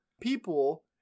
people